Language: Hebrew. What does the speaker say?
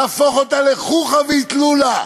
להפוך אותה לחוכא ואטלולא,